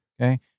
Okay